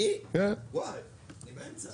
אני חושב שהיא עמדה אמיצה